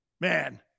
Man